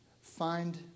find